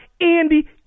Andy